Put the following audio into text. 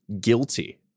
guilty